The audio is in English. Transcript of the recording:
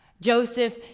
Joseph